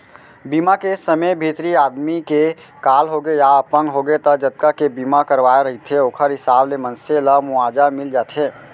बीमा के समे भितरी आदमी के काल होगे या अपंग होगे त जतका के बीमा करवाए रहिथे ओखर हिसाब ले मनसे ल मुवाजा मिल जाथे